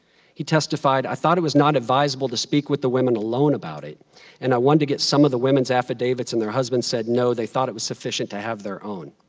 he testified, i thought it was not advisable to speak with the women alone about it and i wanted to get some of the women's affidavits and their husbands said no, they thought it was sufficient to have their own.